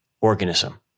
organism